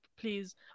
please